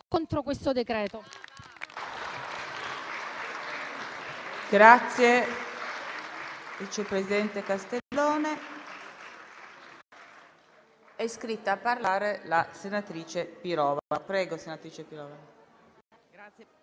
con questo decreto